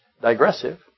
digressive